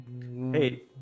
Hey